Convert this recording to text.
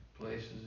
places